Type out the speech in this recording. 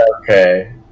Okay